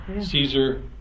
Caesar